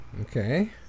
Okay